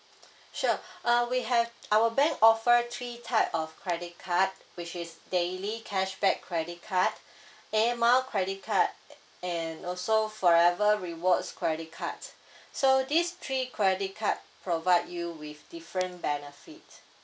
sure uh we have our bank offer three type of credit card which is daily cashback credit card air mile credit card and also forever rewards credit card so these three credit card provide you with different benefit